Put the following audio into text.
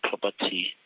property